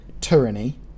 tyranny